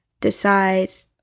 decides